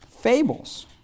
fables